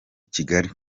kigali